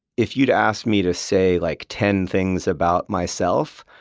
if you'd asked me to say like ten things about myself,